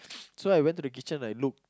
so I went to the kitchen I look